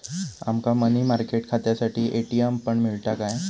आमका money market खात्यासाठी ATM पण मिळता काय?